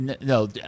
no